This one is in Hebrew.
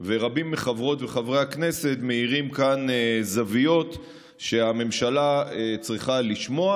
ורבים מחברות וחברי הכנסת מאירים כאן זוויות שהממשלה צריכה לשמוע.